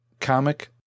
comic